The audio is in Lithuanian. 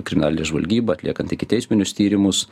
kriminalinę žvalgybą atliekant ikiteisminius tyrimus